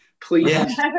Please